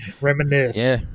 Reminisce